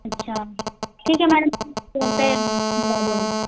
अच्छा ठीक है घर पर भिजा दूँगी